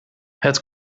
het